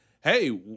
hey